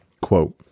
Quote